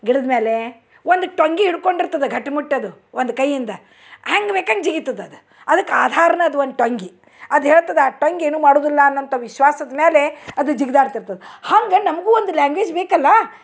ಗಿಡದ ಮೇಲೇ ಒಂದು ಟೊಂಗೆ ಹಿಡ್ಕೊಂಡಿರ್ತದೆ ಗಟ್ಮುಟ್ಟು ಅದು ಒಂದು ಕೈಯಿಂದ ಹೆಂಗ್ ಬೇಕೋ ಹಂಗೆ ಜಿಗಿತದೆ ಅದು ಅದಕ್ಕೆ ಆಧಾರ್ನೇ ಅದು ಒಂದು ಟೊಂಗೆ ಅದು ಹೇಳ್ತದೆ ಆ ಟೊಂಗೆ ಏನೂ ಮಾಡೋದುಲ್ಲ ಅನ್ನೋಂಥ ವಿಶ್ವಾಸದ ಮೇಲೆ ಅದು ಜಿಗ್ದಾಡ್ತಿರ್ತದೆ ಹಾಗೆ ನಮಗೂ ಒಂದು ಲ್ಯಾಂಗ್ವೇಜ್ ಬೇಕಲ್ವ